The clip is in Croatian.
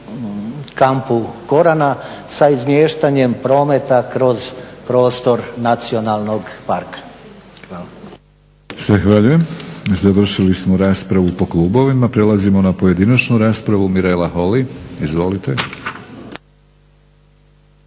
kampu Korana sa izmještanjem prometa kroz prostor nacionalnog parka. Hvala. **Batinić, Milorad (HNS)** Zahvaljujem. Završili smo raspravu po klubovima. Prelazimo na pojedinačnu raspravu. Mirela Holy, izvolite.